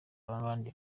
abandi